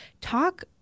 Talk